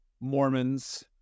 Mormons